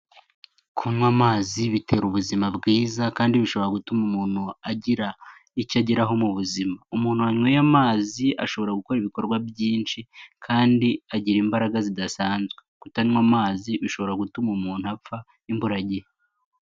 Kunywa amazi bitera ubuzima bwiza kandi bishobora gutuma umuntu agira icyo ageraho mu buzima. Umuntu yanyweye amazi ashobora gukora ibikorwa byinshi kandi agira imbaraga zidasanzwe. Kutanywa amazi bishobora gutuma umuntu apfa imburagihe.